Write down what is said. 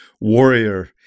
warrior